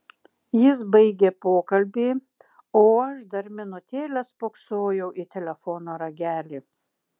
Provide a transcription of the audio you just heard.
jis baigė pokalbį o aš dar minutėlę spoksojau į telefono ragelį